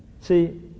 See